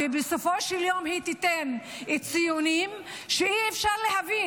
ובסופו של דבר היא תיתן ציונים שאי-אפשר להבין,